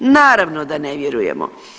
Naravno da ne vjerujemo.